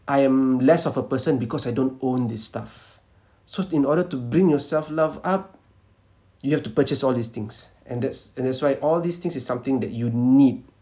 I am less of a person because I don't own this stuff so in order to bring your self love up you have to purchase all these things and that's and that's why all these things is something that you need